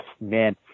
man